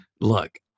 Look